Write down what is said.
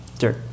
Sure